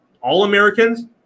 All-Americans